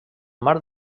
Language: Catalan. mar